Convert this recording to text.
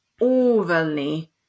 overly